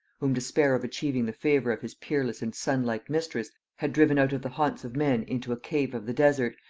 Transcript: whom despair of achieving the favor of his peerless and sunlike mistress had driven out of the haunts of men into a cave of the desert,